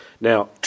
Now